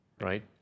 right